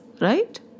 right